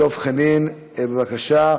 דב חנין, בבקשה.